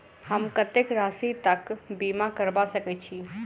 हम कत्तेक राशि तकक बीमा करबा सकैत छी?